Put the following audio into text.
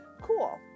cool